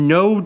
no